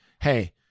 hey